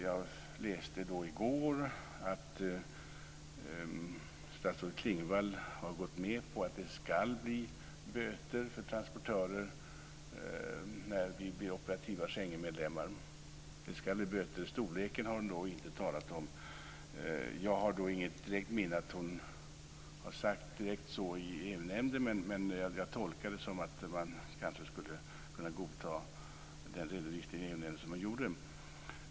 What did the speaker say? Jag läste i går att statsrådet Klingvall har gått med på att det ska bli böter till transportörer när vi blir operativa Schengenmedlemmar. Det ska bli böter, men storleken har ingen talat om. Jag har inget minne av att hon sagt direkt så i EU-nämnden, men jag tolkade det som att man skulle godta den redovisning i EU-nämnden som gjordes.